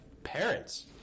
parents